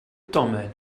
domen